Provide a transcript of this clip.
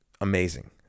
amazing